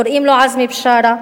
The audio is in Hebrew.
קוראים לו עזמי בשארה,